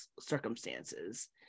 circumstances